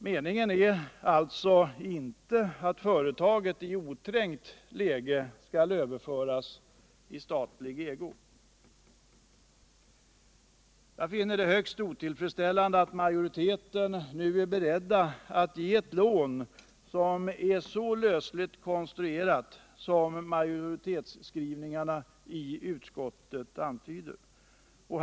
Meningen är alltså inte att företaget i oträngt läge skall överföras i statlig ägo. Jag finner det högst otillfredsställande att majoriteten nu är beredd att ge ett lån som är så lösligt konstruerat som majoritetsskrivningarna i utskottsbetänkandet antyder.